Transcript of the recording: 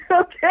Okay